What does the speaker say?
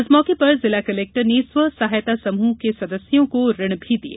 इस मौके पर जिला कलेक्टर ने स्व सहायता समूह के सदस्यों को ऋण भी दिए